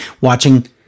watching